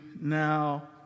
now